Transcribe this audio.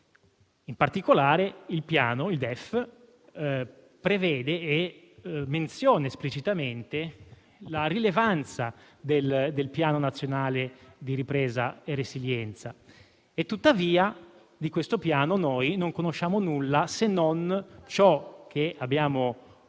In particolare, il DEF prevede e menziona esplicitamente la rilevanza del Piano nazionale di ripresa e resilienza. Tuttavia, di questo Piano non conosciamo nulla, se non ciò che abbiamo